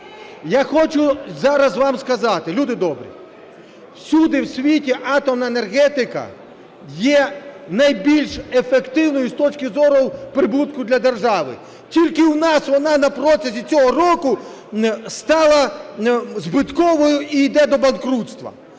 Я хочу зараз вам сказати, люди добрі, всюди в світі атомна енергетика є найбільш ефективною з точки зору прибутку для держави. Тільки у нас вона на протязі цього року стала збитковою і іде до банкрутства.